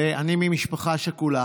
ואני ממשפחה שכולה,